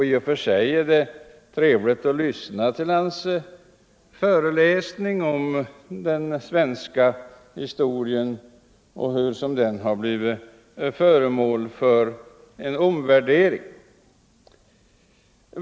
I och för sig är det trevligt att lyssna till hans föreläsning om den svenska historien och hur den har blivit föremål för en omvärdering.